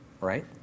right